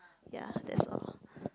ya that's all